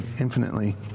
infinitely